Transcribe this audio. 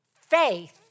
faith